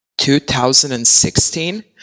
2016